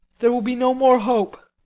there will be no more hope.